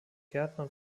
gärtner